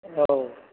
औ